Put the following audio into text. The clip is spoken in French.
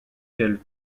quel